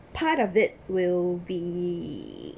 part of it will be